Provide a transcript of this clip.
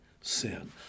sin